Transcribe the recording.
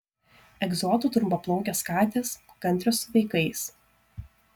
egzotų trumpaplaukės katės kantrios su vaikais